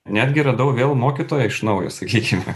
netgi radau vėl mokytoją iš naujo sakykime